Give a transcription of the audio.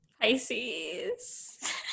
Pisces